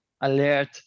alert